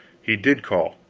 he did call.